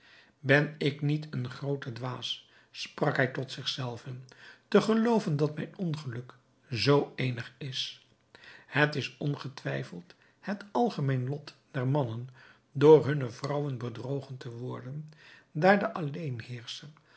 ben ik niet een groote dwaas sprak hij tot zich zelven te gelooven dat mijn ongeluk zoo eenig is het is ongetwijfeld het algemeen lot der mannen door hunne vrouwen bedrogen te worden daar de